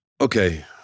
Okay